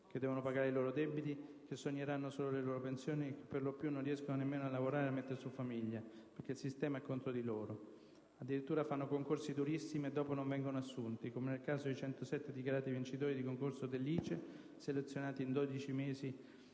anzi devono pagare i loro debiti, sogneranno solo le loro pensioni e per lo più non riescono nemmeno a lavorare e mettere su famiglia perché il sistema è contro di loro. Addirittura, fanno concorsi durissimi e dopo non vengono assunti, come nel caso dei 107 dichiarati vincitori di concorso all'Istituto nazionale per